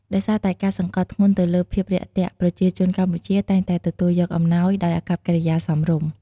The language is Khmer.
ដោយសារតែការសង្កត់ធ្ងន់ទៅលើភាពរាក់ទាក់ ប្រជាជនកម្ពុជាតែងតែទទួលយកអំណោយដោយអាកប្បកិរិយាសមរម្យ។